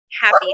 happy